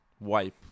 wipe